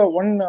one